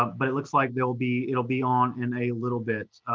but it looks like it'll be it'll be on in a little bit.